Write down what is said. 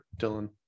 Dylan